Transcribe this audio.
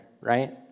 right